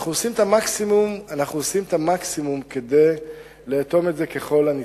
אנחנו עושים את המקסימום כדי לאטום את זה ככל הניתן.